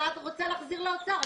אתה רוצה להחזיר לאוצר.